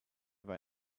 been